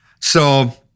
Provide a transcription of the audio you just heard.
so-